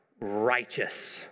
Righteous